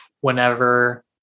whenever